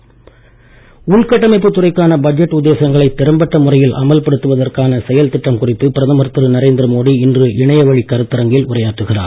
Modi budget உள்கட்டமைப்பு துறைக்கான budget உத்தேசங்களை திறம்பட்ட முறையில் அமல்படுத்துவதற்கான செயல்திட்டம் குறித்து பிரதமர் திரு நரேந்திர மோடி இன்று இணைய வழிக் கருத்தரங்கில் உரையாற்றுகிறார்